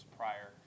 prior